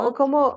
como